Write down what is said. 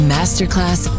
Masterclass